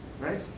right